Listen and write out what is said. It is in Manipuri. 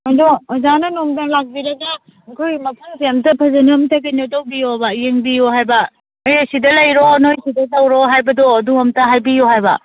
ꯑꯗꯣ ꯑꯣꯖꯥꯅ ꯅꯣꯡꯃꯇꯪ ꯂꯥꯛꯄꯤꯔꯒ ꯑꯩꯈꯣꯏ ꯃꯐꯝꯁꯦ ꯑꯃꯨꯛꯇ ꯐꯖꯅ ꯑꯃꯨꯛꯇ ꯀꯩꯅꯣ ꯇꯧꯕꯤꯌꯣ ꯍꯥꯏꯕ ꯌꯦꯡꯕꯤꯌꯣ ꯍꯥꯏꯕ ꯑꯦ ꯁꯤꯗ ꯂꯩꯔꯣ ꯅꯈꯣꯏ ꯁꯤꯗ ꯇꯧꯔꯣ ꯍꯥꯏꯕꯗꯣ ꯑꯗꯨ ꯑꯃꯨꯛꯇ ꯍꯥꯏꯕꯤꯌꯨ ꯍꯥꯏꯕ